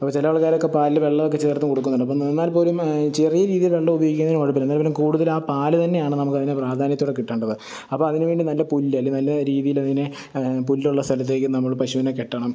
അപ്പോൾ ചില ആള്ക്കാരൊക്കെ പാലിൽ വെള്ളമൊക്കെ ചേര്ത്തു കൊടുക്കുന്നുണ്ട് അപ്പോൾ എന്നാല് പോലും ചെറിയ രീതിയില് വെള്ളം ഉപയോഗിക്കുന്നതിനു കുഴപ്പമില്ല എന്നാൽപ്പോലും കൂടുതൽ ആ പാല് തന്നെയാണ് നമുക്കതിനെ പ്രാധാന്യത്തോടെ കിട്ടേണ്ടത് അപ്പോൾ അതിനു വേണ്ടി നല്ല പുല്ല് അല്ലെ നല്ല രീതിയിലതിനെ പുല്ലുള്ള സ്ഥലത്തേക്കു നമ്മള് പശുവിനെ കെട്ടണം